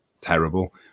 terrible